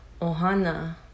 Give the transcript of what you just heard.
ohana